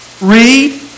read